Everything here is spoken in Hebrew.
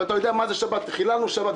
ואתה יודע מה זה שבת חיללנו שבת,